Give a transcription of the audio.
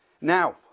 Now